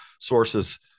sources